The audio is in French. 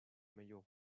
maillot